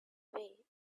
way